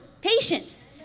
patience